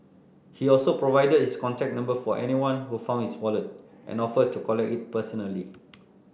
he also provided his contact number for anyone who found his wallet and offered to collect it personally